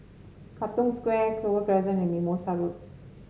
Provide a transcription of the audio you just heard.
Katong Square Clover Crescent and Mimosa Road